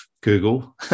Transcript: Google